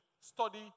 study